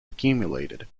accumulated